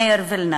מאיר וילנר,